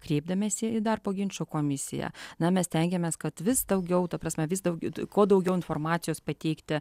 kreipdamiesi į darbo ginčų komisiją na mes stengiamės kad vis daugiau ta prasme vis daugiau kuo daugiau informacijos pateikti